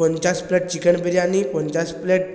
পঞ্চাশ plate chicken biryani পঞ্চাশ plate